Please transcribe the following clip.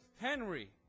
Henry